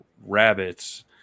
rabbits